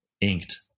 inked